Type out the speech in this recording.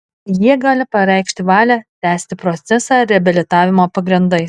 jie gali pareikšti valią tęsti procesą reabilitavimo pagrindais